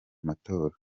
matora